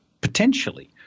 potentially